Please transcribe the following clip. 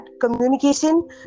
communication